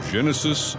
Genesis